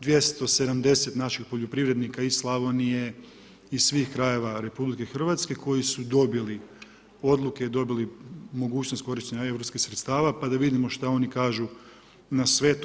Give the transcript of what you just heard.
270 naših poljoprivrednika iz Slavonije, iz svih krajeva RH koji su dobili odluke, dobili mogućnost korištenja europskih sredstava, pa da vidimo što oni kažu na sve to.